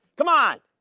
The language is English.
come on,